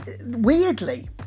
weirdly